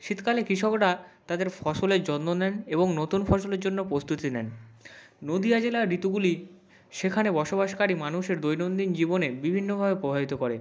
শীতকালে কৃষকরা তাদের ফসলের যত্ন নেন এবং নতুন ফসলের জন্য প্রস্তুতি নেন নদীয়া জেলার ঋতুগুলি সেখানে বসবাসকারী মানুষের দৈনন্দিন জীবনে বিভিন্নভাবে প্রভাবিত করে